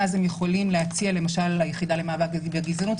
אז היחידה למאבק בגזענות,